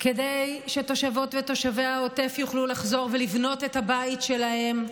כדי שתושבות ותושבי העוטף יוכלו לחזור ולבנות את הבית שלהם,